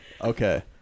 Okay